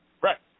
Right